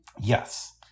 Yes